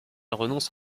renonce